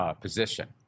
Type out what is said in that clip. position